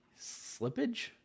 slippage